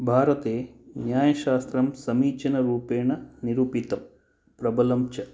भारते न्यायशास्त्रं समीचीनरूपेण निरूपितं प्रबलं च